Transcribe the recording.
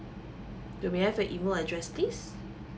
uh may I have your email address please